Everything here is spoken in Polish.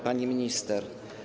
Pani Minister!